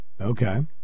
okay